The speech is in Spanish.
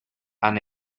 and